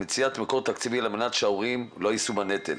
למציאת מקור תקציבי על מנת שההורים לא יישאו בנטל.